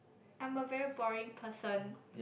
I'm a very boring person